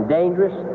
dangerous